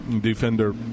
defender